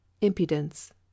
impudence